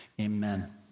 Amen